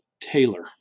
Taylor